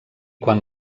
quan